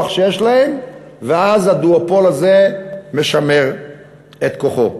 שיש להם ואז הדואופול הזה משמר את כוחו.